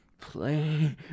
Play